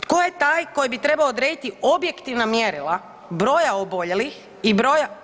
Tko je taj koji bi trebao odrediti objektivna mjerila broja oboljelih, i broja